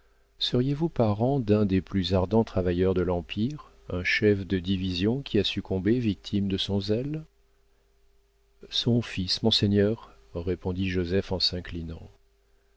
seriez-vous parent d'un des plus ardents travailleurs de l'empire un chef de division qui a succombé victime de son zèle son fils monseigneur répondit joseph en s'inclinant